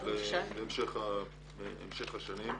בהמשך השנים: